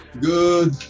Good